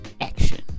action